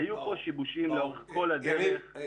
היו כאן שיבושים לאורך כל הדרך.